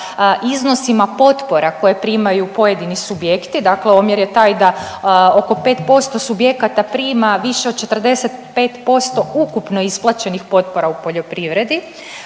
iznosima potpora koje primaju pojedini subjekti, dakle omjer je taj da oko 5% subjekata prima više od 45% ukupno isplaćenih potpora u poljoprivredi,